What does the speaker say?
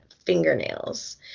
fingernails